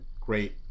great